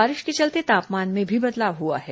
बारिश के चलते तापमान में भी बदलाव हुआ है